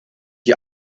die